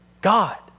God